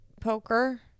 poker